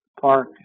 Park